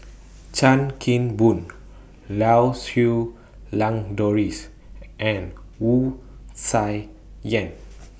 Chan Kim Boon Lau Siew Lang Doris and Wu Tsai Yen